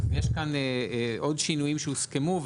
אז יש כאן עוד שינויים שהוסכמו,